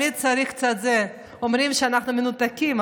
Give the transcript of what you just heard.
אומרים שאנחנו מנותקים,